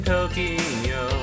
Tokyo